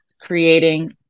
creating